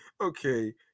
okay